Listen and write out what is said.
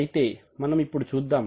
అయితే మనము ఇప్పుడు చూద్దాం